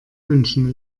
wünschen